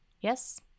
Yes